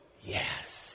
yes